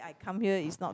I come here is not to